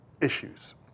issues